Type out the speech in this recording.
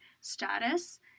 status